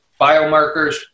biomarkers